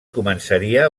començaria